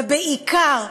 ובעיקר,